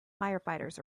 firefighters